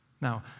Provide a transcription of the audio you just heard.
Now